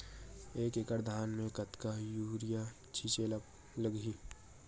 एक एकड़ धान में कतका यूरिया छिंचे ला लगही?